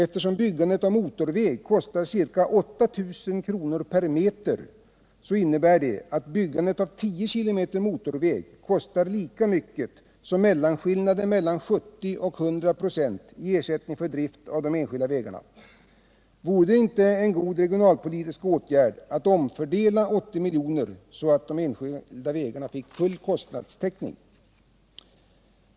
Eftersom byggandet av motorväg kostar ca 8 000 kr. per meter, innebär detta att byggandet av tio kilometer motorväg kostar lika mycket som mellanskillnaden mellan 70 926 och 100 96 i ersättning för drift av de enskilda vägarna. Vore det inte en god regionalpolitisk åtgärd att omfördela 80 milj.kr. så att de enskilda vägarna fick full kostnadstäckning?